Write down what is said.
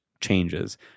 changes